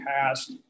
past